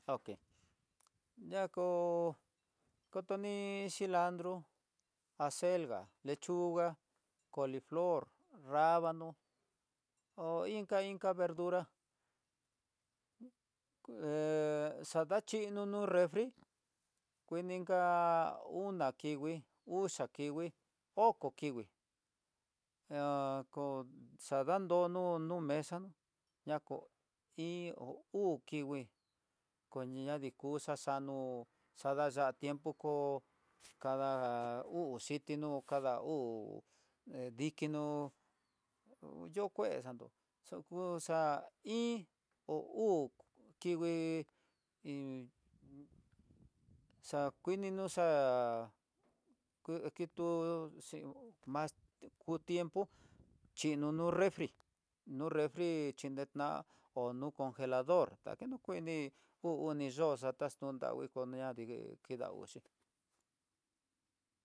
Ok ñako kotoni cilandro, serga, lechuga, coliflor, rabano hó inka inka verdura, he xa daxhino nú nrefri, kuinika una kingui uxa kingui oko kingui, he á kó xadandono nu mesa ña ko iin uu kingui, ñadikuxa xanó xadaya'á tiempo ko'ó kada uu xhitinó kada uu dikinó yu kue xandó xukuxa iin o uu kingui iin xa kuini nuxa, ha kitu xin más ku tiempo xhino refri no refri xhinenta'a o nu congelador takunu kueni uu oni yo'ó xataxta ninguiña kidanguí.